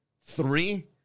Three